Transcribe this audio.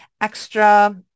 extra